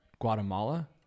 Guatemala